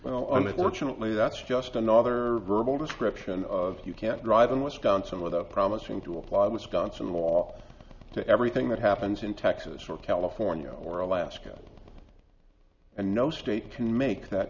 that fortunately that's just another verbal description of if you can't drive in wisconsin without promising to apply wisconsin law to everything that happens in texas or california or alaska and no state can make that